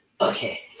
Okay